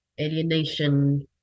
alienation